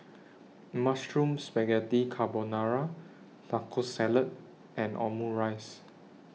Mushroom Spaghetti Carbonara Taco Salad and Omurice